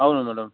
అవును మేడం